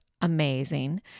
amazing